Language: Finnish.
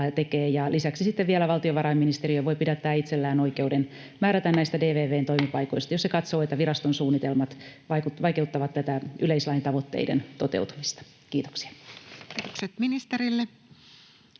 vielä valtiovarainministeriö voi pidättää itsellään oikeuden määrätä näistä DVV:n toimipaikoista, jos se katsoo, että viraston suunnitelmat vaikeuttavat yleislain tavoitteiden toteutumista. — Kiitoksia. Lähetekeskustelua